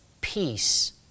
peace